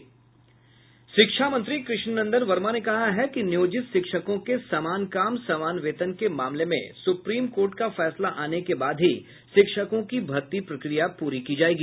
शिक्षा मंत्री कृष्णनंदन वर्मा ने कहा है कि नियोजित शिक्षकों के समान काम समान वेतन के मामले में सुप्रीम कोर्ट का फैसला आने के बाद ही शिक्षकों की भर्ती प्रक्रिया पूरी की जायेगी